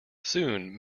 soon